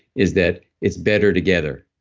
is that it's better together.